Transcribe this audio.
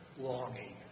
longing